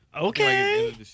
okay